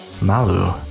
Malu